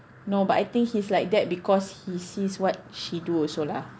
no but I think he's like that because he sees what she do also lah